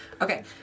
Okay